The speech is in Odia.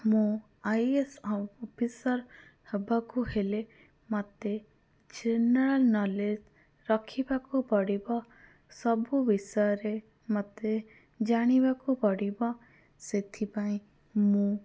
ମୁଁ ଆଇ ଏ ଏସ୍ ଅଫିସର୍ ହବାକୁ ହେଲେ ମୋତେ ଜେନେରାଲ୍ ନଲେଜ୍ ରଖିବାକୁ ପଡ଼ିବ ସବୁ ବିଷୟରେ ମୋତେ ଜାଣିବାକୁ ପଡ଼ିବ ସେଥିପାଇଁ ମୁଁ